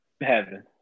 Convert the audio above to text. heaven